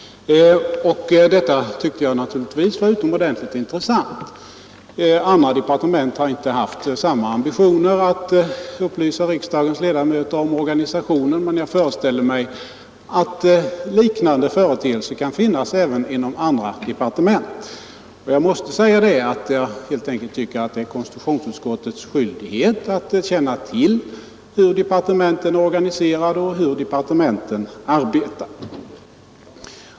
Detta tyckte jag naturligtvis var utomordentligt intressant. Andra departement har inte haft samma ambitioner att upplysa riksdagens ledamöter om organisationen, men jag föreställer mig att liknande företeelser kan finnas även inom andra departement. Jag tycker att det helt enkelt är konstitutionsutskottets skyldighet att känna till hur departementen är organiserade och hur de arbetar.